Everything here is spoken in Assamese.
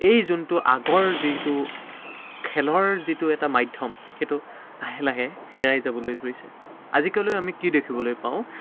এই যোনটো আগৰ যিটো খেলৰ যিটো এটা মাধ্যম সেইটো লাহে লাহে হেৰাই যাবলৈ ধৰিছে আজিকালিও আমি কি দেখিবলৈ পাওঁ